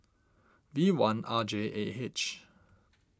V one R J A H